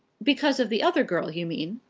because of the other girl, you mean?